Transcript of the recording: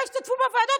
הם לא השתתפו בוועדות,